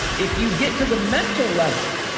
if you get to the mental level,